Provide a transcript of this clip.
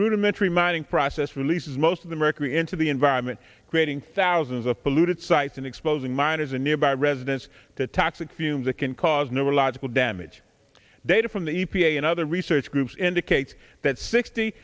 rudimentary mining process releases most of the mercury into the environment creating thousands of polluted sites and exposing miners a nearby residents the toxic fumes that can cause neurological damage data from the e p a and other research groups indicates that sixty